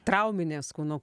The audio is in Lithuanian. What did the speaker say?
trauminės kūno